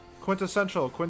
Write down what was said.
quintessential